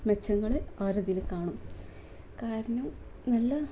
മെച്ചങ്ങൾ അവരതിൽ കാണും കാരണം നല്ല